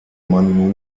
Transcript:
man